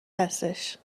هستش